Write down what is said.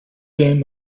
game